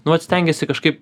nu vat stengiesi kažkaip